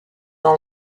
dans